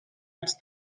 als